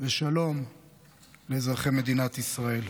ושלום לאזרחי מדינת ישראל.